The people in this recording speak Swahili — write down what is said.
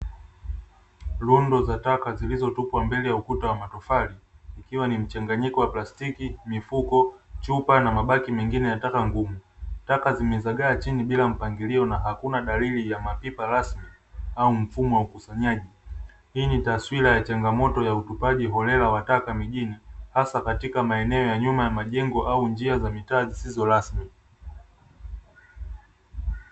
Rundo za taka zilizotupwa mbele ya ukuta wa matofali ikiwa ni mchanganyiko wa plastiki, mifuko, chupa na mabaki mengine ya taka ngumu. Taka zimezagaa chini bila mpangilio na hakuna dalili ya mapipa rasmi au mfumo wa ukusanyaji. Hii ni taswira ya changamoto ya utupaji holela wa taka mijini hasa katika maeneo ya nyuma ya majengo au njia za mitaa zisizo rasmi